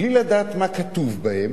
בלי לדעת מה כתוב בהם,